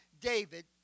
David